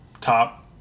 Top